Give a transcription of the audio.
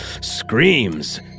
Screams